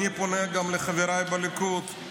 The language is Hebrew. אני פונה גם לחבריי בליכוד,